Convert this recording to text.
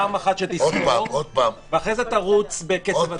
פעם אחת שתספור ואחרי זה תרוץ בקצב מהיר.